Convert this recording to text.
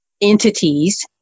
entities